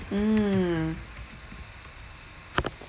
mm